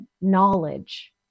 knowledge